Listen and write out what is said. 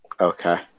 okay